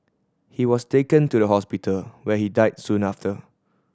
he was taken to the hospital where he died soon after